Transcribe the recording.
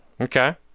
Okay